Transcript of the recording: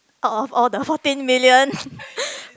out of all the fourteen millions